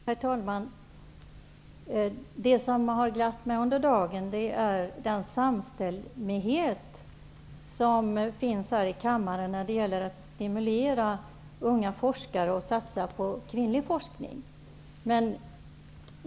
Herr talman! Det som har glatt mig under dagen är den samstämmighet som finns här i kammaren när det gäller att stimulera unga forskare och satsa på kvinnlig forskning.